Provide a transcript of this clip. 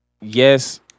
yes